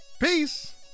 peace